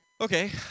Okay